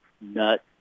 nut